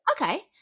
Okay